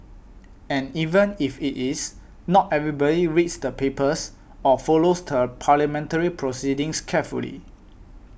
and even if it is not everybody reads the papers or follows the parliamentary proceedings carefully